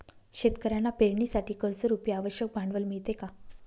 शेतकऱ्यांना पेरणीसाठी कर्जरुपी आवश्यक भांडवल मिळते का?